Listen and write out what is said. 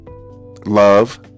love